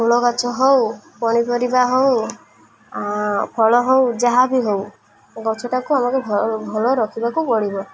ଫୁଲ ଗଛ ହଉ ପନିପରିବା ହଉ ଫଳ ହଉ ଯାହା ବିି ହଉ ଗଛଟାକୁ ଆମକୁ ଭଲ ରଖିବାକୁ ପଡ଼ିବ